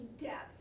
death